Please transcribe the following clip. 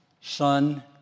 Son